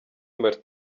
martin